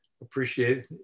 appreciate